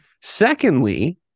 Secondly